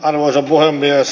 arvoisa puhemies